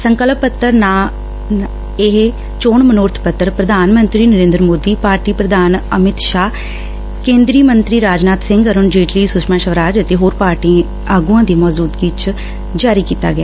ਸੰਕਲਪ ਪੱਤਰ ਨਾ ਨਾਲ ਇਹ ਚੋਣ ਮਨੋਰਥ ਪੱਤਰ ਪ੍ਰਧਾਨ ਮੰਤਰੀ ਨਰੇਦਰ ਮੋਦੀ ਪਾਰਟੀ ਪ੍ਰਧਾਨ ਅਮਿਤ ਸ਼ਾਹ ਕੇਂਦਰੀ ਮੰਤਰੀ ਰਾਜਨਾਥ ਸਿੰਘ ਅਰੁਣ ਜੇਟਲੀ ਸੁਸ਼ਮਾ ਸਵਰਾਜ ਅਤੇ ਹੋਰ ਪਾਰਟੀ ਆਗੁਆਂ ਦੀ ਮੌਜੁਦਗੀ ਚ ਜਾਰੀ ਕੀਤਾ ਗਿਆ